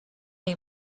این